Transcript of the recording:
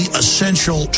essential